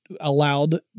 allowed